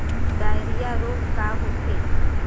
Diarrhoea रोग का होखे?